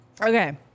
Okay